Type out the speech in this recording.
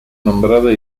nombrada